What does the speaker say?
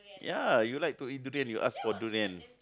ya you like to eat durian you ask for durian